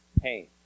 pain